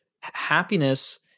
happiness